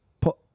put